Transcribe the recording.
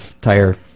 tire